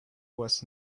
was